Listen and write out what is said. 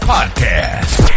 Podcast